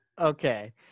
okay